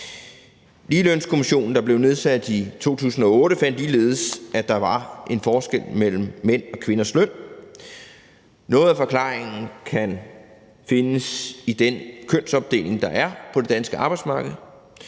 Ligelønskommissionen, der blev nedsat i 2008, fandt ligeledes, at der var en forskel mellem mænd og kvinders løn. Noget af forklaringen kan findes i den kønsopdeling, der er på det danske arbejdsmarked,